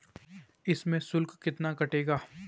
इसमें शुल्क कितना कटेगा?